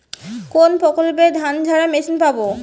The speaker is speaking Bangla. কোনপ্রকল্পে ধানঝাড়া মেশিন পাব?